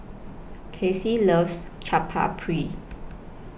Kaycee loves Chaat Papri